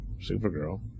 Supergirl